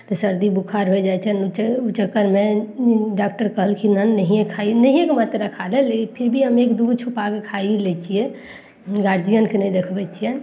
तऽ सर्दी बोखार होइ जाइ छै ओइ चक्करमे डॉक्टर कहलखिन हन नहिये खाइ नहियेके मात्रा खाइ लेल फिर भी हम एक दू गो छुपाके खाइये लै छियै गार्जियनके नहि देखबय छियनि